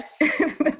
Yes